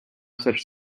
such